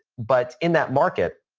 but in that market